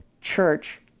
church